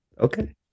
Okay